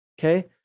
okay